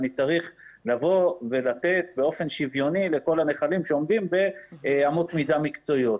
אני צריך לתת באופן שוויוני לכל הנחלים שעומדים באמות מידה מקצועיות.